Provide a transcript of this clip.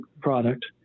product